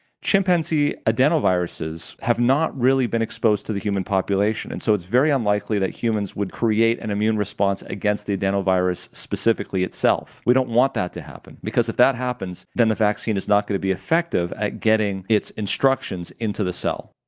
chimpanzee adenoviruses have not really been exposed to the human population, and so it's very unlikely that humans would create an immune response against the adenovirus specifically itself. we don't want that to happen. because if that happens, then the vaccine is not going to be effective at getting its instructions into the cell.